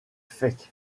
faict